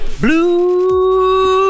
Blue